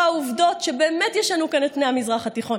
עובדות שבאמת ישנו כאן את פני המזרח התיכון,